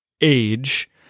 age